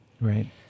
Right